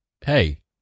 hey